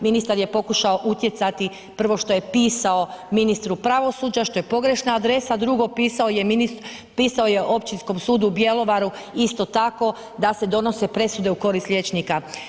Ministar je pokušao utjecati, prvo što je pisao ministru pravosuđa, što je pogrešna adresa, a drugo pisao je Općinskom sudu u Bjelovaru isto tako da se donose presude u korist liječnika.